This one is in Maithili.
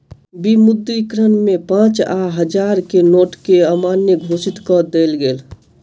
विमुद्रीकरण में पाँच आ हजार के नोट के अमान्य घोषित कअ देल गेल